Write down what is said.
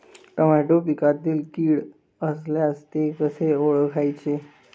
Tomato पिकातील कीड असल्यास ते कसे ओळखायचे?